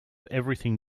everything